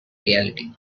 reality